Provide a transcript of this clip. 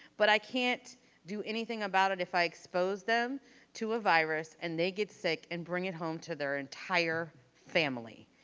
but i can't do anything about it if i expose them to a virus and they get sick and bring it home to their entire family.